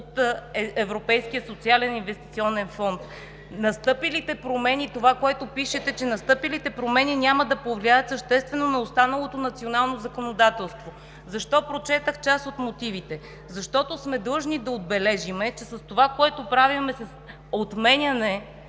от Европейски структурен и инвестиционен фонд. Това, което пишете, е, че настъпилите промени няма да повлияят съществено на останалото национално законодателство. Защо прочетох част от мотивите? Защото сме длъжни да отбележим, че с това, което правим с отмяната